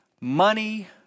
money